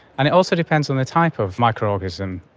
and it also depends on the type of microorganism.